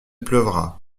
pleuvra